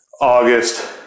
August